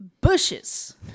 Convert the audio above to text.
Bushes